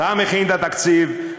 אתה מכין את התקציב,